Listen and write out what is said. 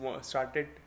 started